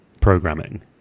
programming